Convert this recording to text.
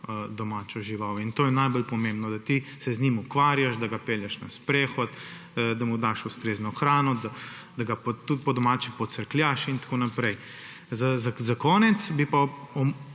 domačo žival. In to je najbolj pomembno, da ti se z njim ukvarjaš, da ga pelješ na sprehod, da mu daš ustrezno hrano, da ga, po domače, pocrkljaš in tako naprej. Za konec bi pa